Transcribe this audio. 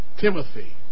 Timothy